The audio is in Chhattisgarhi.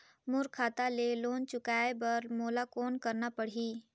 मोर खाता ले लोन चुकाय बर मोला कौन करना पड़ही?